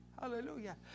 Hallelujah